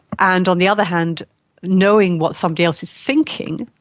and on the other hand knowing what somebody else is thinking,